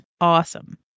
awesome